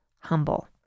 humble